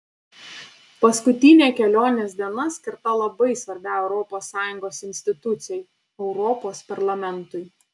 paskutinė kelionės diena skirta labai svarbiai europos sąjungos institucijai europos parlamentui